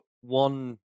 one